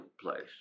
place